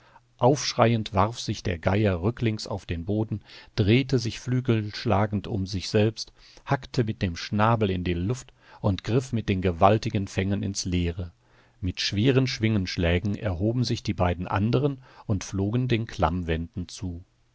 aufschreiend warf sich der geier rücklings auf den boden drehte sich flügelschlagend um sich selbst hackte mit dem schnabel in die luft und griff mit den gewaltigen fängen ins leere mit schweren schwingenschlägen erhoben sich die beiden anderen und flogen den klammwänden zu